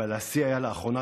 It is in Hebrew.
אבל השיא היה לאחרונה,